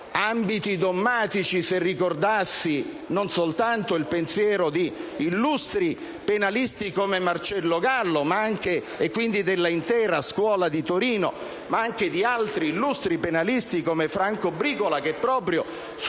ambiti dogmatici se ricordassi non soltanto il pensiero di illustri penalisti come Marcello Gallo, quindi dell'intera scuola di Torino, ma anche di altri illustri penalisti come Franco Bricola, che proprio sul